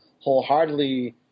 wholeheartedly